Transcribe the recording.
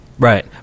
Right